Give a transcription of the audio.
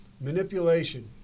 Manipulation